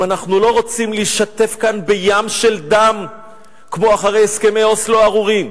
אם אנחנו לא רוצים להישטף כאן בים של דם כמו אחרי הסכמי אוסלו הארורים,